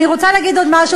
אני רוצה להגיד עוד משהו.